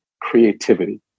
creativity